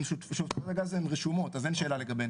ושותפויות הגז הן רשומות אז אין שאלה לגביהן.